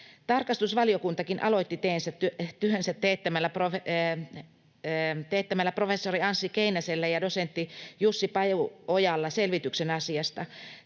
Tarkastusvaliokuntakin aloitti työnsä teettämällä professori Anssi Keinäsellä ja dosentti Jussi Pajuojalla selvityksen asiasta.